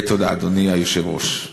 תודה, אדוני היושב-ראש.